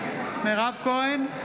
כהן,